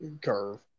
Curve